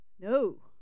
No